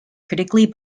critically